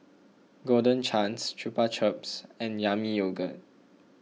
Golden Chance Chupa Chups and Yami Yogurt